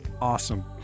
awesome